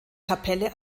kapelle